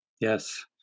Yes